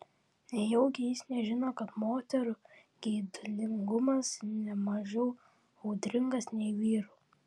nejaugi jis nežino kad moterų geidulingumas ne mažiau audringas nei vyrų